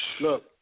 look